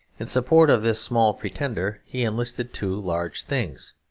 in support of this small pretender he enlisted two large things,